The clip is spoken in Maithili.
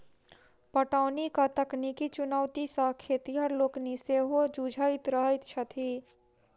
पटौनीक तकनीकी चुनौती सॅ खेतिहर लोकनि सेहो जुझैत रहैत छथि